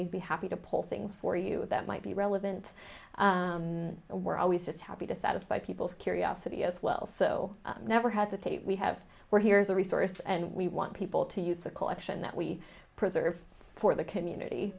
we'd be happy to pull things for you that might be relevant and we're always just happy to satisfy people's curiosity as well so never hesitate we have we're here as a resource and we want people to use the collection that we preserve for the community